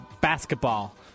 basketball